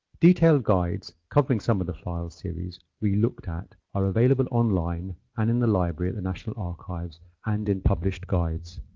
detailed guides covering some of the files series we looked at are available online and in the library at the national archives and in published guides.